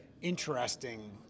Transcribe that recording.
interesting